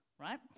right